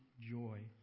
joy